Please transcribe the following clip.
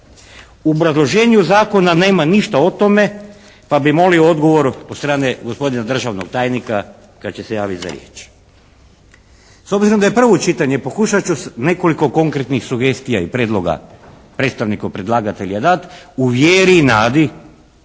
U obrazloženju zakona nema ništa o tome pa bi molio odgovor od strane gospodina državnog tajnika kad će se javiti za riječ. S obzirom da je prvo čitanje pokušat ću nekoliko konkretnih sugestija i prijedloga predstavniku predlagatelja dati u vjeri i nadi